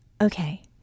Okay